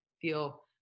feel